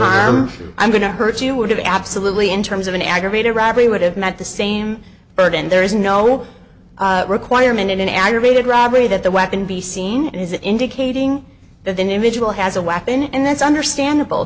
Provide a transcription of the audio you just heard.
harmful i'm going to hurt you would have absolutely in terms of an aggravated robbery would have met the same burden there is no requirement in an aggravated robbery that the weapon be seen as indicating that the new image will has a weapon and that's understandable